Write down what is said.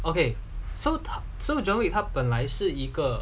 okay so tough so john 他本来是一个